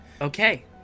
Okay